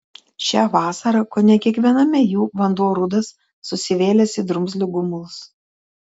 šią vasarą kone kiekviename jų vanduo rudas susivėlęs į drumzlių gumulus